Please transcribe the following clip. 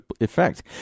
effect